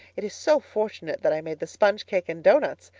it is so fortunate that i made the sponge cake and doughnuts.